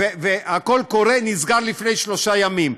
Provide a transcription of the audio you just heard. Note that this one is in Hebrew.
והקול-קורא נסגר לפני שלושה ימים.